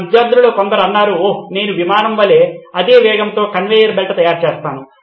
నా విద్యార్ధులలో కొందరు అన్నారు ఓహ్ నేను విమానం వలె అదే వేగంతో కన్వేయర్ బెల్ట్ తయారు చేస్తాను